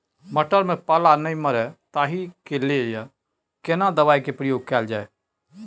मटर में पाला नैय मरे ताहि के लिए केना दवाई के प्रयोग कैल जाए?